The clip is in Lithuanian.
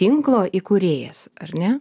tinklo įkūrėjas ar ne